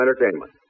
entertainment